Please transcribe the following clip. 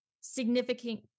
significant